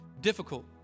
difficult